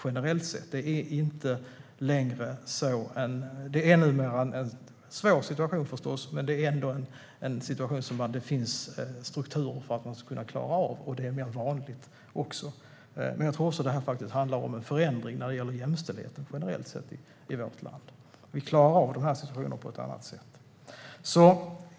Det är förstås en svår situation, men det finns strukturer för att klara av den. Det är också mer vanligt. Den andra handlar om en förändring i jämställdheten. Vi klarar av dessa situationer på ett annat sätt.